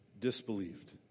disbelieved